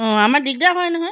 অঁ আমাৰ দিগদাৰ হয় নহয়